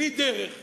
בלי דרך,